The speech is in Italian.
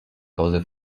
cose